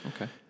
Okay